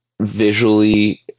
visually